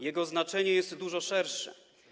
Jego znaczenie jest dużo szersze.